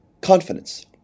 Confidence